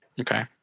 Okay